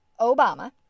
Obama